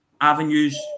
avenues